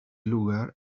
lugar